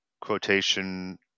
quotation